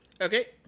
okay